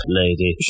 lady